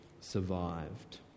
survived